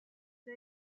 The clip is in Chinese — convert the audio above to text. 人类